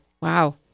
Wow